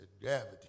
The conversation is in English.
gravity